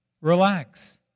Relax